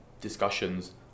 discussions